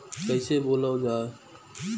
कईसे बोवल जाले?